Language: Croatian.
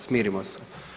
Smirimo se.